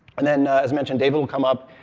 and then, as mentioned, david will come up,